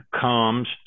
comes